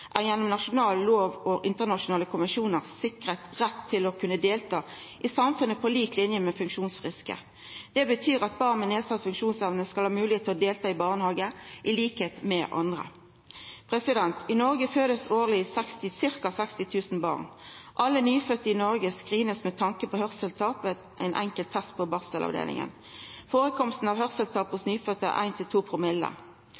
er gjennom nasjonal lov og internasjonale konvensjonar sikra rett til å kunna delta i samfunnet på lik linje med funksjonsfriske. Det betyr at barn med nedsett funksjonsevne skal ha moglegheit til å delta i barnehage til liks med andre. I Noreg blir ca. 60 000 barn fødde årleg. Alle nyfødde i Noreg blir screena med tanke på hørselstap ved ein enkel test på barselavdelinga. Førekomsten av